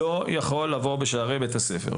לא יכול לבוא בשערי בית הספר,